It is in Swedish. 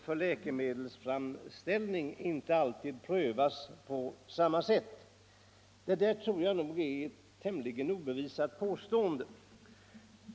för läkemedelsframställning, inte alltid prövas på samma sätt.” Det tror jag är ett tämligen obevisat påstående.